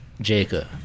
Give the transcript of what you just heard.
Jacob